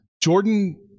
Jordan